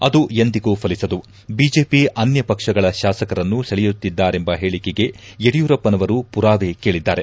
ಅದು ಎಂದಿಗೂ ಫಲಿಸದು ಬಿಜೆಪಿ ಅನ್ನ ಪಕ್ಷಗಳ ಶಾಸಕರನ್ನು ಸೆಳೆಯುತ್ತಿದ್ದಾರೆಂಬ ಪೇಳಿಕೆಗೆ ಯಡಿಯೂರಪ್ಪನವರು ಮರಾವೆ ಕೇಳಿದ್ದಾರೆ